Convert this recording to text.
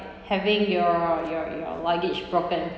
having your your your luggage broken